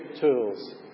tools